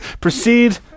Proceed